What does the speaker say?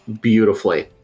beautifully